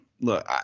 Look